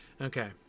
Okay